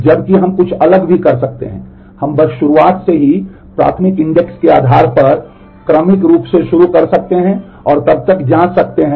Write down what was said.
जबकि हम कुछ अलग भी कर सकते हैं हम बस शुरुआत से ही प्राथमिक इंडेक्स हैं